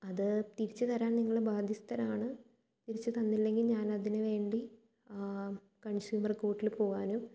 അത് തിരിച്ചു തരാൻ നിങ്ങള് ബാധ്യസ്ഥരാണ് തിരിച്ചു തന്നില്ലെങ്കിൽ ഞാൻ അതിനു വേണ്ടി കൺസ്യൂമർ കോർട്ടിൽ പോകാനും